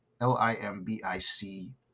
L-I-M-B-I-C